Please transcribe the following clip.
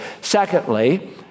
Secondly